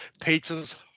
pizzas